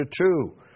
two